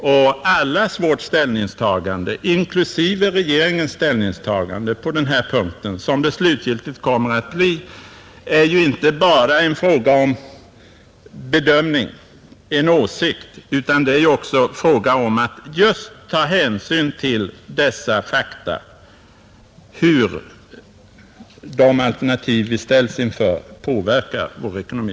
Det slutliga ställningstagande som vi alla, inklusive regeringen, måste ta är inte bara en fråga om en bedömning, en åsikt, utan också om att ta hänsyn till just dessa fakta: hur de alternativ vi ställs inför påverkar vår ekonomi.